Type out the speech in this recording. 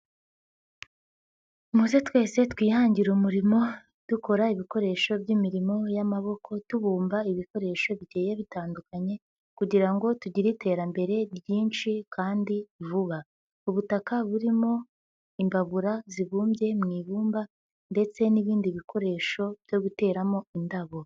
Muze twese twihangire umurimo dukora ibikoresho by'imirimo y'amaboko tubumba ibikoresho bigiye bitandukanye kugira ngo tugire iterambere ryinshi kandi vuba, ubutaka burimo imbabura zibumbye mu ibumba ndetse n'ibindi bikoresho byo guteramo indabo.